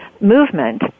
movement